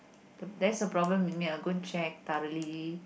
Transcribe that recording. that's the problem with me I will go and check thoroughly